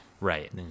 Right